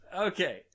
Okay